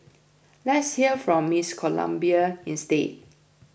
let's hear from Miss Colombia instead